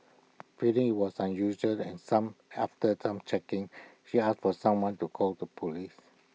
feeling IT was unusual and some after some checking she asked for someone to call the Police